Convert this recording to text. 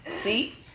See